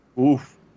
Oof